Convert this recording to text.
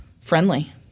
friendly